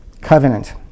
Covenant